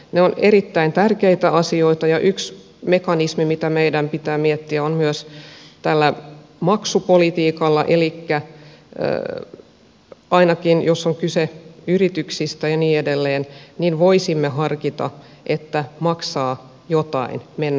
ne ovat erittäin tärkeitä asioita ja yksi mekanismi mitä meidän pitää miettiä on myös maksupolitiikka elikkä ainakin jos on kyse yrityksistä ja niin edelleen voisimme harkita että maksaa jotain mennä oikeuteen